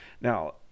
now